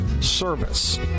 service